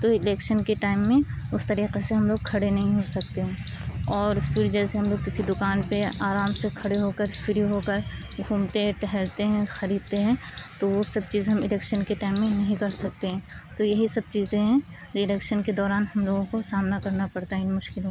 تو الیکشن کے ٹائم میں اس طریقے سے ہم لوگ کھڑے نہیں ہو سکتے اور پھر جیسے ہم لوگ کسی دکان پہ آرام سے کھڑے ہو کر فری ہو کر گھومتے ٹہلتے ہیں خریدتے ہیں تو وہ سب چیزیں ہم الیکشن کے ٹائم میں نہیں کر سکتے ہیں تو یہی سب چیزیں ہیں الیکشن کے دوران ہم لوگوں کو سامنا کرنا پڑتا ہے ان مشکلوں کا